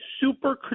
super